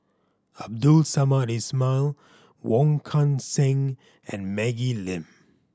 Abdul Samad Ismail Wong Kan Seng and Maggie Lim